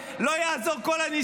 לא יעזור לך כל מה שתעשה,